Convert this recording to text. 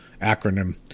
acronym